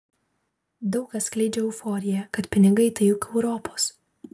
daug kas skleidžia euforiją kad pinigai tai juk europos